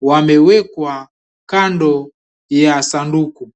Wamewekwa kando ya sanduku.